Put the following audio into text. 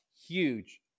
huge